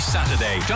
Saturday